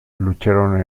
lucharon